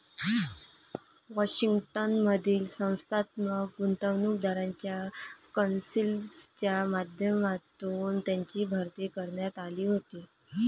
Washington मधील संस्थात्मक गुंतवणूकदारांच्या कौन्सिलच्या माध्यमातून त्यांची भरती करण्यात आली होती